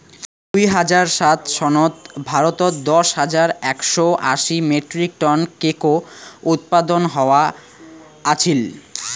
দুই হাজার সাত সনত ভারতত দশ হাজার একশও আশি মেট্রিক টন কোকো উৎপাদন হয়া আছিল